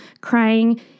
crying